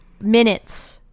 minutes